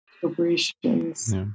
corporations